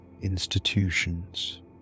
institutions